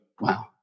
wow